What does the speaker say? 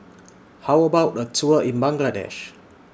How about A Tour in Bangladesh